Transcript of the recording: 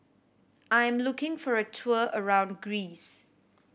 I am looking for a tour around Greece